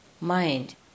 mind